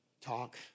talk